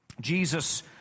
Jesus